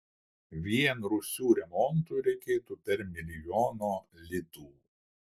vien rūsių remontui reikėtų per milijono litų